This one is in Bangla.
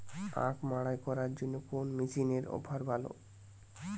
আখ মাড়াই করার জন্য কোন মেশিনের অফার ভালো?